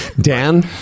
Dan